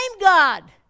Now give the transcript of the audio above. God